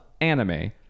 anime